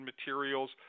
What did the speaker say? materials